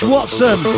Watson